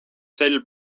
sel